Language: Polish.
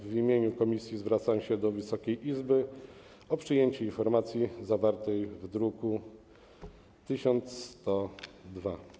W imieniu komisji zwracam się do Wysokiej Izby o przyjęcie informacji zawartej w druku nr 1102.